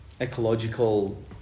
ecological